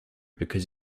because